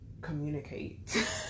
communicate